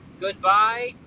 Goodbye